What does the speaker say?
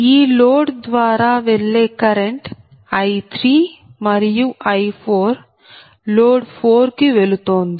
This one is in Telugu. ఈ లోడ్ ద్వారా వెళ్లే కరెంట్ I3మరియు I4 లోడ్ 4 కు వెళుతోంది